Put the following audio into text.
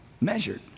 measured